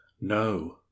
No